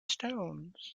stones